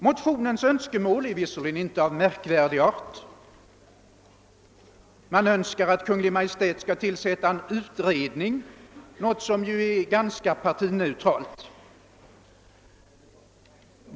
Motionens önskemål är visserligen inte av märkvärdig art: att Kungl. Maj:t skulle tillsätta en utredning — något som ju är ganska partineutralt.